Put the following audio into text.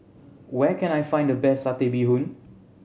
where can I find the best Satay Bee Hoon